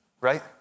Right